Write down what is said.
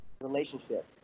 relationship